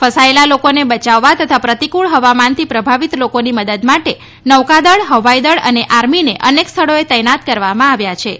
ફસાયેલા લોકોને બચાવવા તથા પ્રતિક્ળ ફવામાનથી પ્રભાવિત લોકોની મદદ માટે નૌકાદળ ફવાઈદળ અને આર્મીને અનેક સ્થળોએ તૈનાત કરવામાં આવ્યાછે